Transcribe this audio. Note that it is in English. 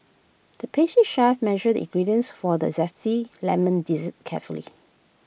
the pastry chef measured ingredients for the Zesty Lemon Dessert carefully